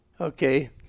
Okay